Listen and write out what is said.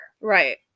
right